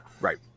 Right